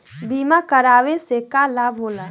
बीमा करावे से का लाभ होला?